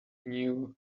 renew